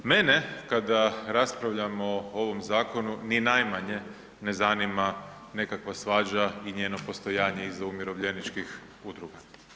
Mene, kada raspravljamo o ovom zakonu ni najmanje ne zanima nekakva svađa i njeno postojanje iza umirovljeničkih udruga.